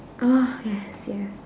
oh yes yes